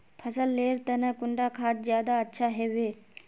फसल लेर तने कुंडा खाद ज्यादा अच्छा हेवै?